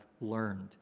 learned